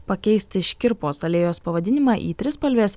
pakeisti škirpos alėjos pavadinimą į trispalvės